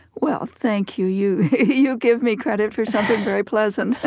well, thank you. you you give me credit for something very pleasant.